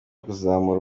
kuzamura